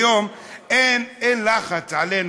היום אין לחץ עלינו,